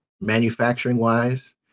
manufacturing-wise